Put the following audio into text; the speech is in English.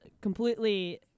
completely